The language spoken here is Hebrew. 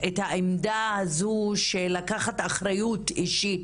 את העמדה הזו של לקחת אחריות אישית,